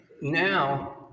Now